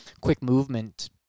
quick-movement